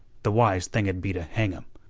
the wise thing'd be to hang him,